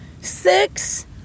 Six